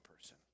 person